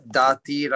dati